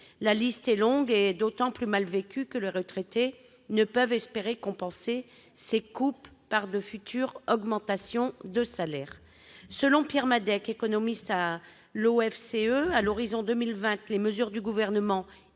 La liste est longue et d'autant plus mal vécue que les retraités ne peuvent espérer compenser ces coupes par de futures augmentations de salaire. Selon Pierre Madec, économiste à l'OFCE :« À l'horizon 2020, les mesures du Gouvernement,